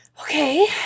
Okay